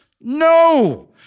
No